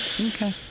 Okay